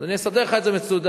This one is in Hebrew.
אני אסדר לך את זה מסודר,